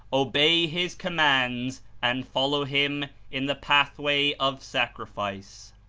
obey his commands, and follow him in the path way of sacrifice.